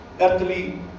earthly